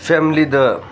ꯐꯦꯃꯤꯂꯤꯗ